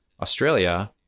Australia